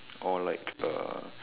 or like uh